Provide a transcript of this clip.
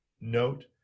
note